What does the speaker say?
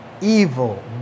evil